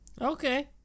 Okay